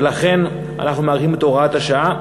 ולכן אנחנו מאריכים את הוראת השעה.